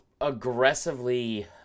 aggressively